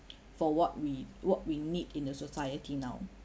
for what we what we need in a society now